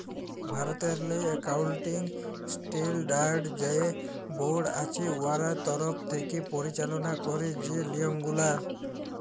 ভারতেরলে accounting standard যে board আছে উয়ার তরফ থ্যাকে পরিচাললা ক্যারে যে লিয়মগুলা